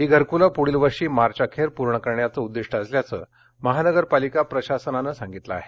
ही घरकुलं पुढील वर्षी मार्चवखेर पूर्ण करण्याचं उद्दिष्ट असल्याचं महानगरपालिका प्रशासनानं सांगितलं आहे